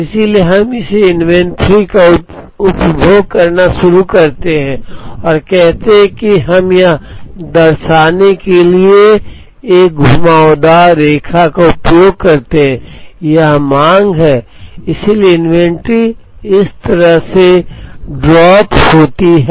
इसलिए हम इस इन्वेंट्री का उपभोग करना शुरू करते हैं और कहते हैं कि हम यह दर्शाने के लिए एक घुमावदार रेखा का उपयोग करते हैं यह मांग nondeterministic है इसलिए इन्वेंट्री इस तरह से ड्राप होती हैं